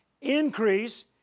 Increase